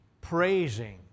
praising